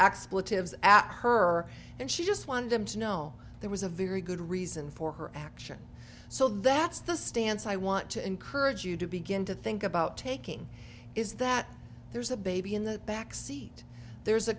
expletives at her and she just wanted to know there was a very good reason for her action so that's the stance i want to encourage you to begin to think about taking is that there's a baby in the backseat there's a